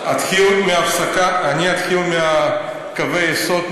אני אתחיל מקווי היסוד,